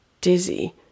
Dizzy